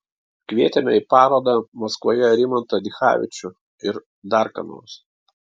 kvietėme į parodą maskvoje rimantą dichavičių ir dar ką nors